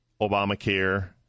Obamacare